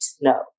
no